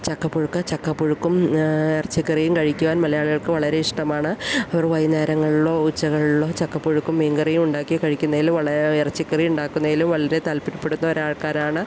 ചക്കപ്പുഴുക്ക് ചക്കപ്പുഴുക്കും ഇറച്ചിക്കറിയും കഴിക്കുവാൻ മലയാളികൾക്ക് വളരെ ഇഷ്ടമാണ് അവർ വൈകുന്നേരങ്ങളിലോ ഉച്ചകളിലോ ചക്കപ്പുഴക്കും മീൻകറിയും ഉണ്ടാക്കി കഴിക്കുന്നതിൽ വളരെ ഇറച്ചിക്കറി ഉണ്ടാക്കുന്നതിലും വളരെ താല്പര്യപ്പെടുന്ന ഒരാൾക്കാരാണ്